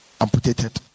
amputated